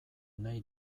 nahi